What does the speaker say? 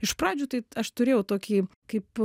iš pradžių tai aš turėjau tokį kaip